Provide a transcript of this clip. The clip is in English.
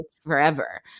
forever